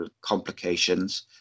complications